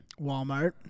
Walmart